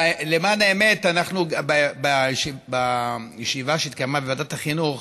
האמת, בישיבה שהתקיימה בוועדת החינוך